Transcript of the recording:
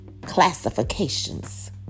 classifications